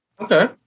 Okay